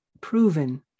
proven